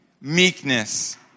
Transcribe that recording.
meekness